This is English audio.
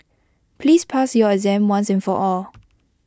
please pass your exam once and for all